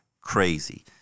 crazy